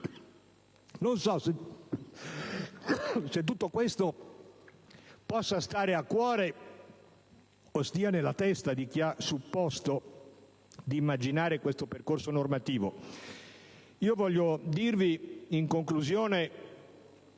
Non so se tutto questo possa stare a cuore o stia nella testa di chi ha supposto di immaginare questo percorso normativo.